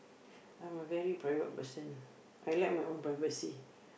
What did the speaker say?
I'm a very private person I like my own privacy